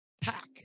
Pack